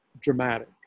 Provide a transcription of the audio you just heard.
dramatic